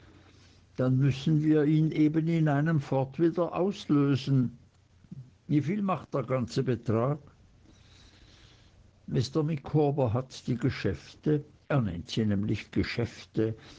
dann müssen wir ihn eben in einem fort wieder auslösen wie viel macht der ganze betrag mr micawber hat die geschäfte er nennt sie nämlich geschäfte